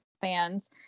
fans